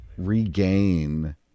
Regain